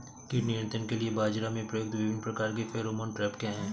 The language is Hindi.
कीट नियंत्रण के लिए बाजरा में प्रयुक्त विभिन्न प्रकार के फेरोमोन ट्रैप क्या है?